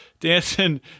dancing